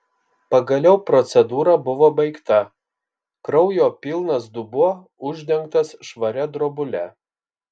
pagaliau procedūra buvo baigta kraujo pilnas dubuo uždengtas švaria drobule